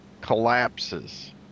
collapses